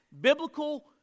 biblical